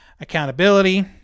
accountability